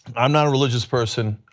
um not a religious person,